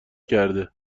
کرده